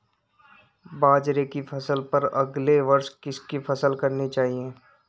बाजरे की फसल पर अगले वर्ष किसकी फसल करनी चाहिए?